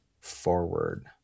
forward